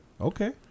Okay